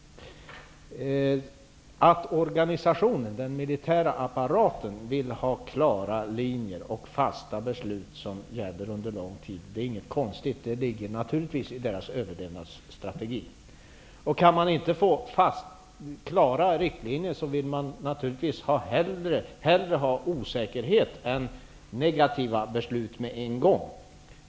Det är inte konstigt att organisationen, den militära apparaten, vill ha klara linjer och fasta beslut som gäller under lång tid. Det ligger naturligtvis i dess överlevnadsstrategi. Om man inte kan få klara riktlinjer vill man naturligtvis hellre att det råder osäkerhet än att det fattas negativa beslut med en gång.